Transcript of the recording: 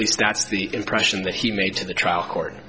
least that's the impression that he made to the trial court